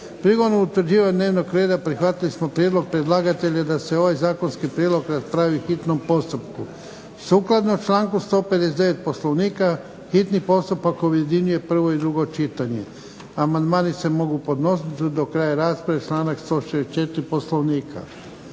Prigodom utvrđivanja dnevnog reda prihvatili smo prijedlog predlagatelja da se ovaj zakonski prijedlog raspravi po hitnom postupku. Sukladno članku 159. Poslovnika hitni postupak objedinjuje prvo i drugo čitanje. Amandmani se mogu podnositi do kraja rasprave članak 164. Poslovnika.